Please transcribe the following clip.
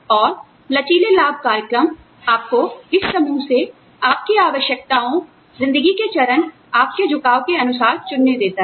और लचीले लाभ कार्यक्रम आपको इस समूह से आपकी आवश्यकताओं ज़िन्दगी के चरण आपके झुकाव के अनुसार चुनने देता है